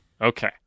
Okay